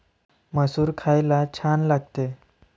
मसूर खायला छान लागते